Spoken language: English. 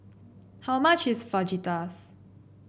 how much is Fajitas